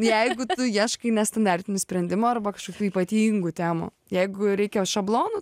jeigu tu ieškai nestandartinių sprendimų arba kažkokių ypatingų temų jeigu reikia šablonų